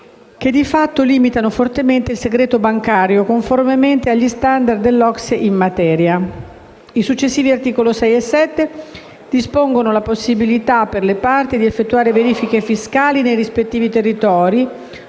che, di fatto, limitano fortemente il segreto bancario, conformemente agli standard dell'OCSE in materia. I successivi articoli 6 e 7 dispongono la possibilità per le parti di effettuare verifiche fiscali nei rispettivi territori,